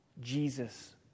Jesus